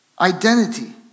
Identity